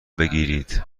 بگیرید